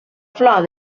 flor